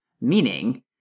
meaning